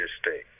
state